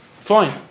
Fine